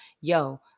yo